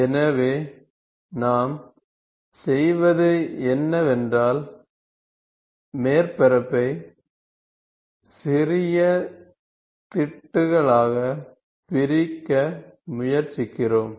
எனவே நாம் செய்வது என்னவென்றால் மேற்பரப்பை சிறிய திட்டுகளாக பிரிக்க முயற்சிக்கிறோம்